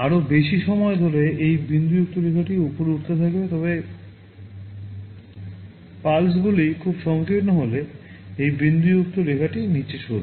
আরও বেশি সময় ধরে এই বিন্দুযুক্ত রেখাটি উপরে উঠতে থাকবে তবে পালস গুলি খুব সংকীর্ণ হলে এই বিন্দুযুক্ত রেখাটি নীচে সরবে